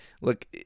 Look